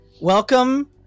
welcome